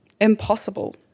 impossible